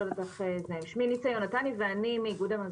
שמי ניצה יונתני ואני מאיגוד המזון.